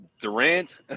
Durant